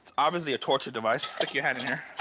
obviously a torture device. stick your head in here.